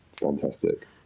fantastic